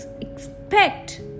expect